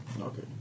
Okay